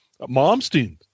Momstein